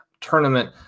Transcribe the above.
tournament